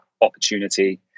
opportunity